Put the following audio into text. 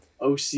OC